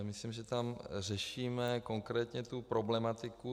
Myslím, že tam řešíme konkrétně tu problematiku.